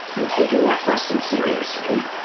and taking that question seriously,